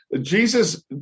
Jesus